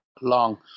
long